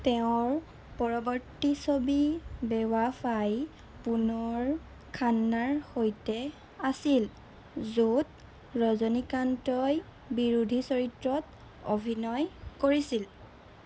তেওঁৰ পৰৱৰ্তী ছবি বেৱাফাই পুনৰ খান্নাৰ সৈতে আছিল য'ত ৰজনীকান্তই বিৰোধী চৰিত্ৰত অভিনয় কৰিছিল